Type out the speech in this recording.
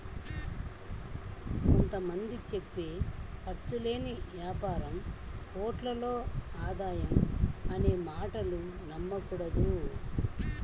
కొంత మంది చెప్పే ఖర్చు లేని యాపారం కోట్లలో ఆదాయం అనే మాటలు నమ్మకూడదు